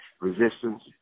resistance